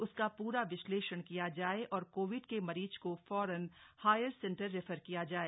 उसका पूरा विश्लेषण किया जाय और कोविड के मरीज को फौरन हायर सेंटर रेफर किया जाय